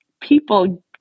people